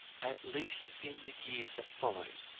at least in the years that followed,